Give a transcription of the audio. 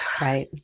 Right